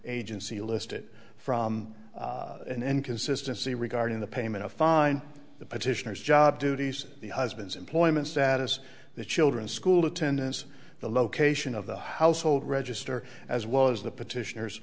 agency list it from an inconsistency regarding the payment of fine the petitioners job duties the husband's employment status the children's school attendance the location of the household register as well as the petitioners